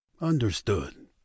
Understood